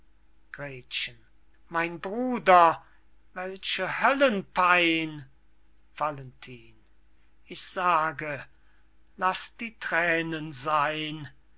mein bruder welche höllenpein valentin ich sage laß die thränen seyn